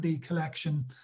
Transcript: Collection